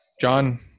John